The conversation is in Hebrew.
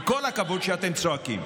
עם כל הכבוד לזה שאתם צועקים.